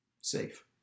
Safe